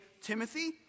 Timothy